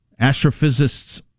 Astrophysicists